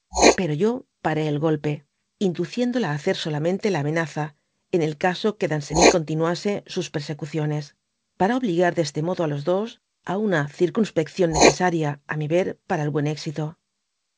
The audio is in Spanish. pero yo paré el golpe dby google induciéndola á hacer solamente la amenaza en el caso qae danoeny continuase sus persecuciones para obligar de este modo á los dos á una circunspección necesaria á mi ver para el buen éxito en